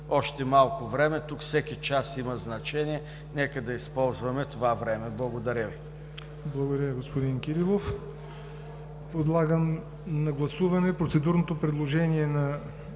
още малко време, тук всеки час има значение, нека да използваме това време. Благодаря Ви. ПРЕДСЕДАТЕЛ ЯВОР НОТЕВ: Благодаря, господин Кирилов. Подлагам на гласуване процедурното предложение на